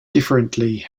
differently